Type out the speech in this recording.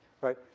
right